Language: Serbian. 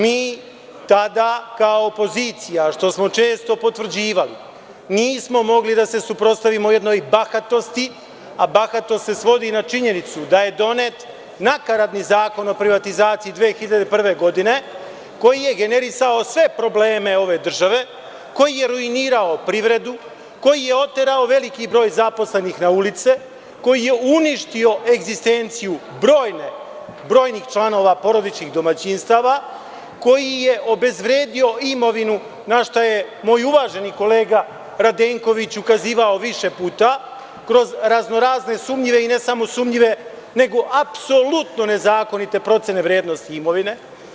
Mi tada kao opozicija, što smo često potvrđivali, nismo mogli da se suprotstavimo jednoj bahatosti, a bahatost se svodi na činjenicu da je donet nakaradni Zakon o privatizaciji 2001. godine, koji je generisao sve probleme ove države, koji je ruinirao privredu, koji je oterao veliki broj zaposlenih na ulice, koji je uništio egzistenciju brojnih članova porodičnih domaćinstava, koji je obezvredio imovinu, na šta je moj uvaženi kolega Radenković ukazivao više puta, kroz razno-razne sumnjive i ne samo sumnjive, nego apsolutno nezakonite procene vrednosti imovine.